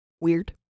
weird